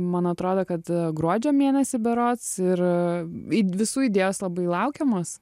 man atrodo kad gruodžio mėnesį berods ir visų idėjos labai laukiamos